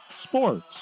sports